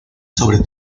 sobre